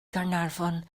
gaernarfon